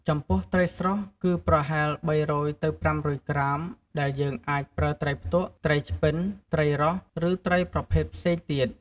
ចំពោះ ត្រីស្រស់គឺប្រហែល ៣០០ទៅ៥០០ ក្រាមដែលយើងអាចប្រើត្រីផ្ទក់ ត្រីឆ្ពិន ត្រីរ៉ស់ ឬត្រីប្រភេទផ្សេងទៀត។